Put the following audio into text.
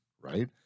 right